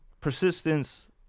persistence